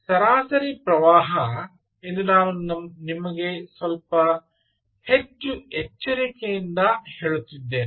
ಸರಾಸರಿ ಪ್ರವಾಹ ಎಂದು ನಾನು ಸ್ವಲ್ಪ ಹೆಚ್ಚು ಎಚ್ಚರಿಕೆಯಿಂದ ಹೇಳುತ್ತಿದ್ದೇನೆ